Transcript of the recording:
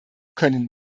können